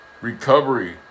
recovery